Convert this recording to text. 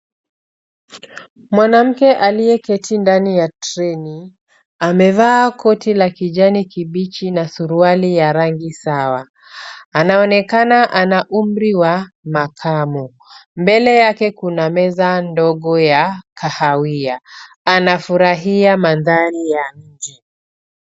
Mwanamke aliyeketi ndani ya treni, amevaa koti la kijani kibichi na suruali ya rangi sawa. Anaonekana ana umri wa makamo. Mbele yake kuna meza ndogo ya kahawia. Anafurahia mandhari ya mji.